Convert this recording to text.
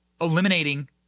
eliminating